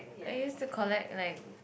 I used to collect like